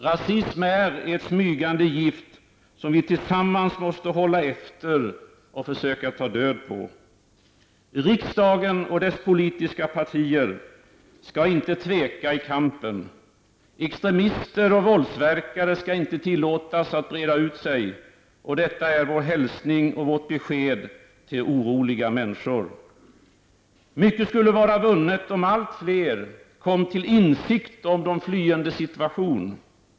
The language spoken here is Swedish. Rasism är ett smygande gift, som vi tillsammans måste hålla efter och försöka ta död på. Riksdagen och dess politiska partier skall inte tveka i kampen. Extremister och våldsverkare skall inte tillåtas att breda ut sig. Detta är vår hälsning och vårt besked till oroliga människor. Mycket skulle vara vunnet om allt fler kom till insikt om de flyendes situation.